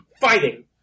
fighting